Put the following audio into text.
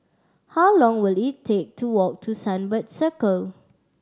how long will it take to walk to Sunbird Circle